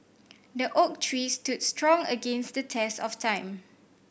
the oak tree stood strong against the test of time